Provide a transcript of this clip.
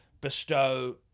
bestow